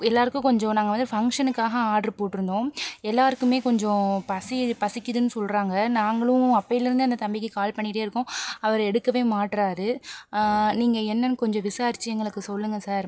எல்லோருக்கும் கொஞ்சம் நாங்கள் வந்து ஃபங்ஷனுக்காக ஆர்டரு போட்டுருந்தோம் எல்லோருக்குமே கொஞ்சம் பசி பசிக்கிதுன்னு சொல்கிறாங்க நாங்களும் அப்போயிலேருந்து அந்த தம்பிக்கு கால் பண்ணிகிட்டே இருக்கோம் அவர் எடுக்கவே மாட்டுறாரு நீங்கள் என்னென்னு கொஞ்சம் விசாரித்து எங்களுக்கு சொல்லுங்க சார்